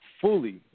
fully